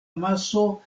maso